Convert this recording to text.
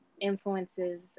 influences